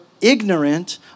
ignorant